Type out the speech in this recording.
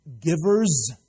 Givers